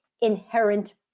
inherent